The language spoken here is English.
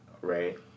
right